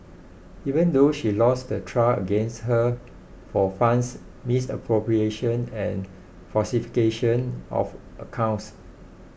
even though she lost the trial against her for funds misappropriation and falsification of accounts